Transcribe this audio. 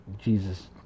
Jesus